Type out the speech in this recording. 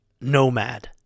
Nomad